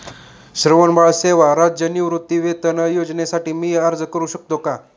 श्रावणबाळ सेवा राज्य निवृत्तीवेतन योजनेसाठी मी अर्ज करू शकतो का?